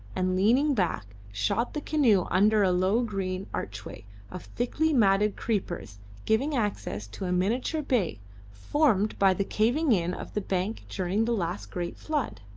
and leaning back shot the canoe under a low green archway of thickly matted creepers giving access to a miniature bay formed by the caving in of the bank during the last great flood.